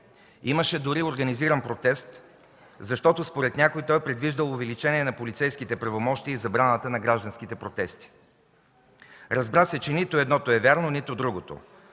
Имаше дори организиран протест, защото според някои той предвиждал увеличение на полицейските правомощия и забраната за гражданските протести. Разбра се, че нито едното е вярно, нито другото.